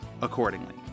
accordingly